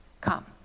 come